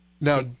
now